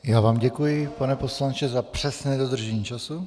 Já vám děkuji, pane poslanče, za přesné dodržení času.